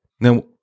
Now